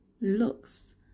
looks